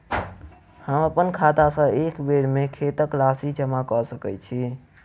हम अप्पन खाता सँ एक बेर मे कत्तेक राशि जमा कऽ सकैत छी?